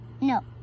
No